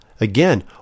Again